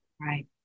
Right